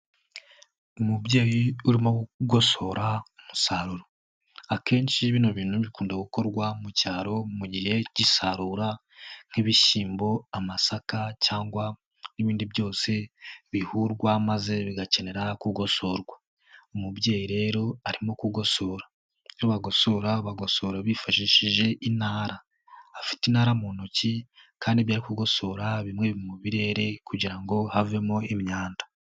Umubyeyi urimo gugosora umusaruro, akenshi bino bintu bikunda gukorwa mu cyaro mu gihe k'isarura nk'ibishyimbo, amasaka cyangwa n'ibindi byose bihurwa maze bigakenera gugosorwa, umubyeyi rero arimo kugosora, iyo bagosora bagosora bifashishije intara, afite intara mu ntoki kandi ibyo ari kugosora bimwe mu birere kugira ngo havemo imyanda.